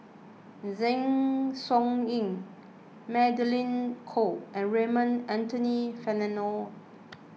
Zeng Shouyin Magdalene Khoo and Raymond Anthony Fernando